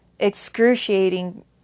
excruciating